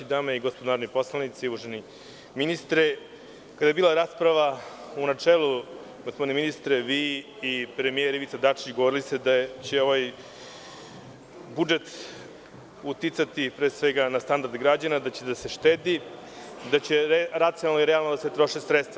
Dame i gospodo narodni poslanici, uvaženi ministre, kada je bila rasprava u načelu, gospodine ministre, vi i premijer Ivica Dačić govorili ste da će ovaj budžet uticati na standard građana, da će morati da se štedi, da će racionalno i realno da se troše sredstva.